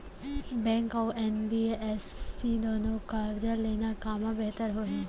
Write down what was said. Bank अऊ NBFC दूनो मा करजा लेना कामा बेहतर होही?